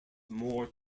more